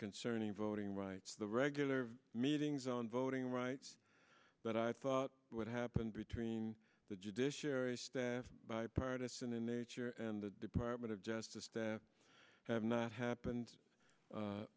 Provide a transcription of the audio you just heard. concerning voting rights the regular meetings on voting rights but i thought what happened between the judiciary staff bipartisan in nature and the department of justice that have not happened